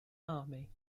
army